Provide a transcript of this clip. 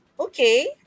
Okay